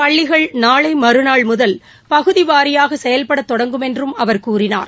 பள்ளிகள் நாளை மறுநாள் முதல் பகுதி வாரியாக செயல்படதொடங்கும் என்றும் அவர் கூறினார்